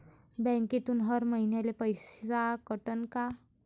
बँकेतून हर महिन्याले पैसा कटन का?